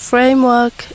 Framework